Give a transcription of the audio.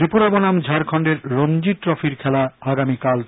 ত্রিপুরা বনাম ঝাডখন্ডের রঞ্জি ট্রফির খেলা আগামীকাল থেকে